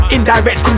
Indirect